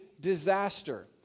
disaster